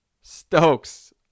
Stokes